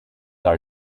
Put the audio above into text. our